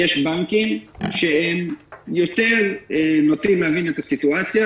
יש בנקים שיותר נוטים להבין את הסיטואציה